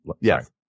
Yes